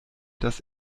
das